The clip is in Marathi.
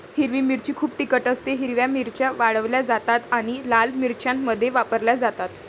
हिरवी मिरची खूप तिखट असतेः हिरव्या मिरच्या वाळवल्या जातात आणि लाल मिरच्यांमध्ये वापरल्या जातात